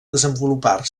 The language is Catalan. desenvolupar